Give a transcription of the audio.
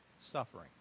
Suffering